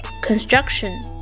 construction